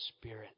spirit